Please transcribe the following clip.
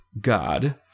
God